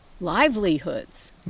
livelihoods